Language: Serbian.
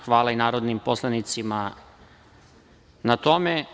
Hvala i narodnim poslanicima na tome.